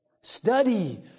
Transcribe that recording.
Study